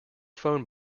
phone